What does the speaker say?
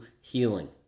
healing